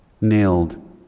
nailed